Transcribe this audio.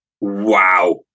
Wow